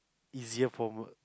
easier from work